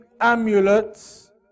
amulets